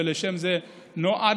ולשם זה נועדנו,